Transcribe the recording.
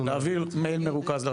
אנחנו נעביר את זה.